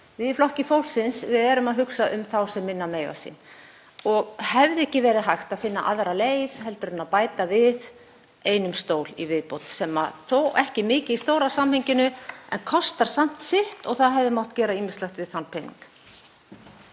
Við í Flokki fólksins erum að hugsa um þá sem minna mega sín. Hefði ekki verið hægt að finna aðra leið en að bæta við einum stól í viðbót? Hann kostar ekki mikið í stóra samhenginu en kostar samt sitt og það hefði mátt gera ýmislegt fyrir þann pening.